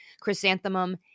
Chrysanthemum